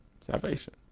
salvation